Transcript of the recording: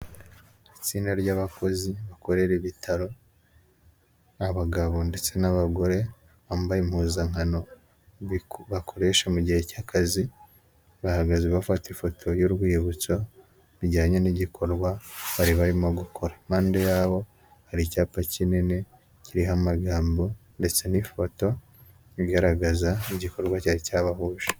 Itsinda ry'abakozi bakorera ibitaro, abagabo ndetse n'abagore bambaye impuzankano bakoresha mu gihe cy'akazi, bahagaze bafata ifoto y'urwibutso rujyanye n'igikorwa bari barimo gukora. impande yabo hari icyapa kinini kiriho amagambo ndetse n'ifoto bigaragaza igikorwa cyari cyabahuje